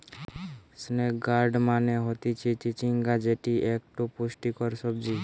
snake gourd মানে হতিছে চিচিঙ্গা যেটি একটো পুষ্টিকর সবজি